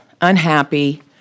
unhappy